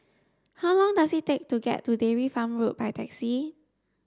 how long does it take to get to Dairy Farm Road by taxi